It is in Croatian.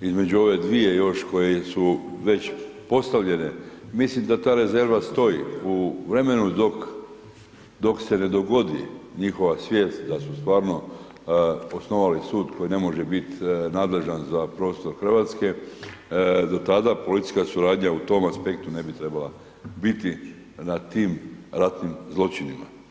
između ove dvije koje su već postavljene, mislim da ta rezerva stoji u vremenu dok se ne dogodi njihova svijest da su stvarno osnovali sud koji ne može bit nadležan za prostor Hrvatske do tada policijska suradnja u tom aspektu ne bi trebala biti na tim ratnim zločinima.